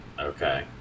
Okay